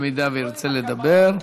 אם ירצה לדבר.